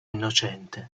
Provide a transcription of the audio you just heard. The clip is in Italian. innocente